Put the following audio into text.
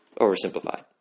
oversimplified